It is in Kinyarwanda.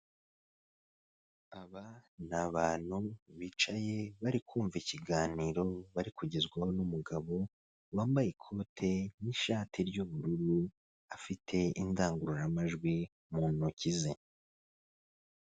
Aba ni abantu bicaye bari kumva ikiganiro bari kugezwaho n'umugabo wambaye ikote n'ishati ry'ubururu afite indangururamajwi mu ntoki ze .